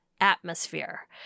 atmosphere